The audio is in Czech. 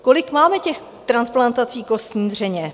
Kolik mám transplantací kostní dřeně?